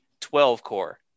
12-core